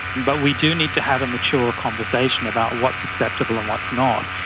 but we do need to have a mature conversation about what's acceptable and what's not,